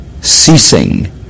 ceasing